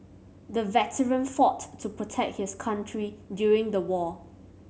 the veteran fought to protect his country during the war